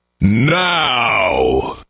now